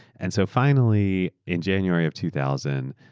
and so finally in january of two thousand,